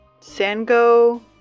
Sango